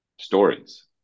stories